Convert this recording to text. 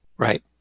Right